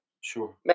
Sure